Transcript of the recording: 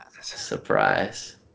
Surprise